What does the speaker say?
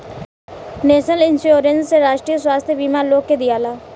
national insurance से राष्ट्रीय स्वास्थ्य बीमा लोग के दियाला